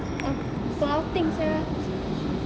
!huh! apa outings sia